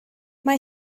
mae